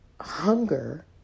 hunger